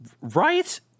Right